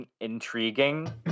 intriguing